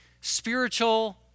spiritual